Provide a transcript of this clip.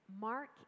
Mark